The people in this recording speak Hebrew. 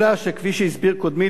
אלא שכפי שהסביר קודמי,